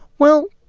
well,